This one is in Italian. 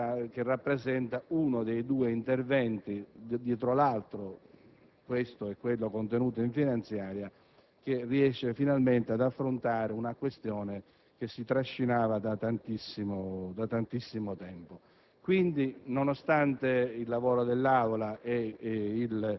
approvato l'emendamento sugli emotrasfusi, che rappresenta uno dei due interventi - questo e quello contenuto nel disegno di legge finanziaria - che riesce finalmente ad affrontare una questione che si trascinava da tantissimo tempo.